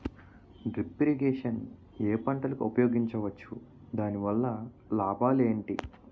Drip irrigation ఏ పంటలకు ఉపయోగించవచ్చు? దాని వల్ల లాభాలు ఏంటి?